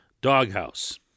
doghouse